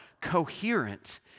coherent